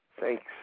thanks